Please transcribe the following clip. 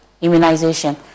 immunization